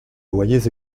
loyers